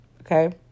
Okay